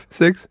six